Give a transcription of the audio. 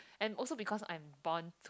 and also because I'm born to